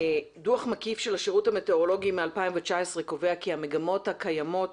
דוח מקיף של השירות המטאורולוגי מ-2019 קובע כי המגמות הקיימות